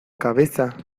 cabeza